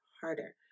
harder